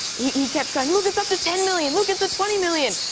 he he kept going, look! it's up to ten million! look! it's at twenty million!